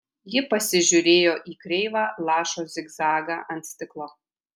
ji pasižiūrėjo į kreivą lašo zigzagą ant stiklo